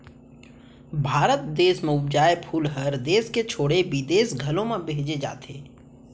भारत देस म उपजाए फूल हर देस के छोड़े बिदेस घलौ म भेजे जाथे